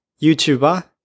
YouTuber